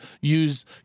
use